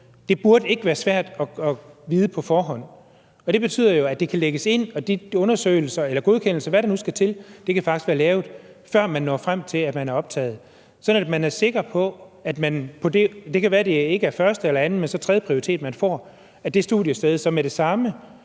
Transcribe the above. det ikke være svært at vide det på forhånd, og det betyder jo, at det kan lægges ind, og de undersøgelser eller godkendelser, eller hvad der nu skal til, kan faktisk være lavet, før man når frem til, at du er optaget, sådan at man er sikker på – det kan være, det ikke er første eller anden, men tredje prioritet, du får – at det studiested med det samme